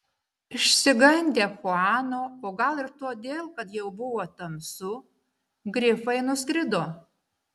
išsigandę chuano o gal ir todėl kad jau buvo tamsu grifai nuskrido